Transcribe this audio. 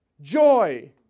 joy